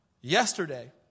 Yesterday